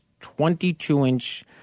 22-inch